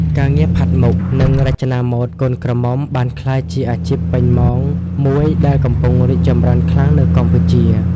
ការងារផាត់មុខ និងរចនាម៉ូដកូនក្រមុំបានក្លាយជាអាជីពពេញម៉ោងមួយដែលកំពុងរីកចម្រើនខ្លាំងនៅកម្ពុជា។